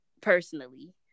personally